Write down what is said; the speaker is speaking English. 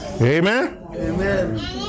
amen